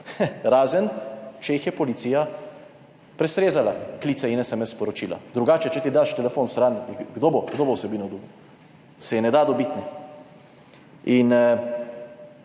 razen če jih je policija prestrezala, klice in SMS sporočila. Drugače, če ti daš telefon stran, kdo bo, kdo bo vsebino dobil? Se je ne da dobiti in